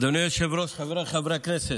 אדוני היושב-ראש, חבריי חברי הכנסת,